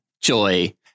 Joy